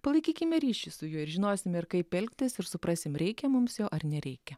palaikykime ryšį su juo ir žinosim ir kaip elgtis ir suprasim reikia mums jo ar nereikia